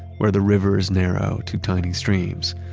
where the rivers narrow to tiny streams.